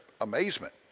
amazement